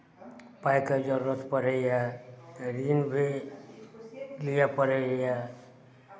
पाइके जरूरत पड़ैए ऋण भी लिअ पड़ैए